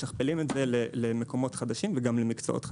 משכפלים את זה למקומות חדשים וגם למקצועות חדשים.